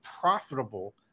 profitable